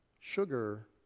sugar